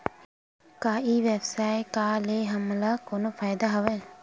का ई व्यवसाय का ले हमला कोनो फ़ायदा हवय?